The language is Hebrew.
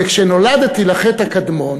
וכשנולדתי לחי"ת הקדמון